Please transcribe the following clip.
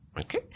Okay